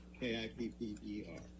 K-I-P-P-E-R